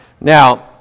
Now